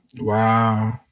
Wow